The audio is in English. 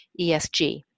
ESG